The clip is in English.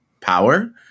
power